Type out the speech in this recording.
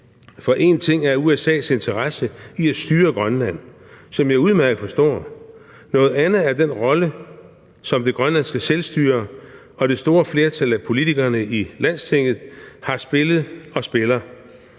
For en ting er USA’s interesse i at styre Grønland, som jeg udmærket forstår. Noget andet er den rolle, som det grønlandske selvstyre og det store flertal af politikerne i Landstinget har spillet og spiller